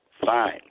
fine